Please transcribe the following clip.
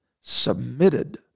submitted